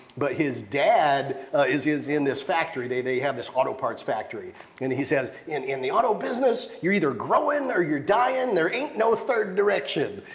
but his dad is is in this factory. they they have this autoparts factory and he says, in in the auto business, you're either growing or you're dying. there ain't no third direction.